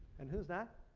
and who is that?